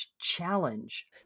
challenge